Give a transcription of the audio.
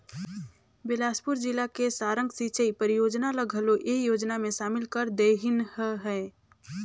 बेलासपुर जिला के सारंग सिंचई परियोजना ल घलो ए योजना मे सामिल कर देहिनह है